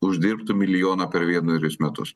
uždirbtų milijoną per vienerius metus